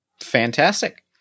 Fantastic